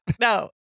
No